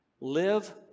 live